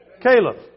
Caleb